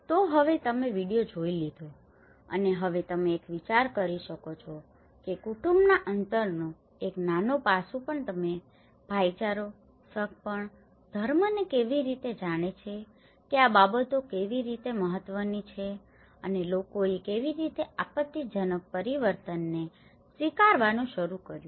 તો હવે તમે વિડિઓ જોઈ લીધી છે અને હવે તમે એક વિચાર કરી શકો છો કે કુટુંબના અંતરનો એક નાનો પાસું પણ તમે ભાઈચારો સગપણ ધર્મને કેવી રીતે જાણે છે કે આ બાબતો કેવી રીતે મહત્ત્વની છે અને લોકોએ કેવી રીતે આપત્તિજનક પરિવર્તનને સ્વીકારવાનું શરૂ કર્યું